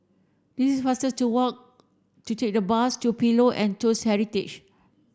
it is faster to walk to take the bus to Pillows and Toast Heritage